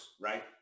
right